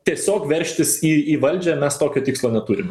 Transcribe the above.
tiesiog veržtis į į valdžią mes tokio tikslo neturim